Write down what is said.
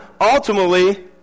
ultimately